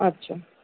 আচ্ছা